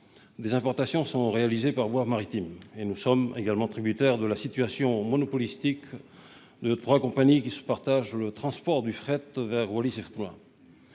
nos importations sont réalisées par voie maritime, et nous sommes également tributaires de la situation oligopolistique qui voit trois compagnies se partager le transport de fret vers Wallis-et-Futuna.